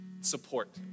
support